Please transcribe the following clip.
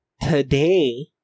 today